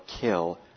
kill